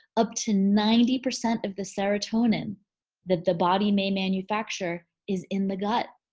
up to ninety percent of the serotonin that the body may manufacturer is in the gut.